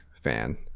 fan